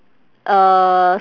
uh